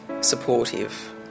supportive